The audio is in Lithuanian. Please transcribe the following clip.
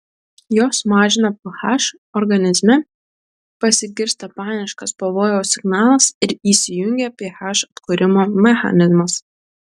jos mažina ph organizme pasigirsta paniškas pavojaus signalas ir įsijungia ph atkūrimo mechanizmas